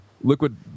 Liquid